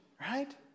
right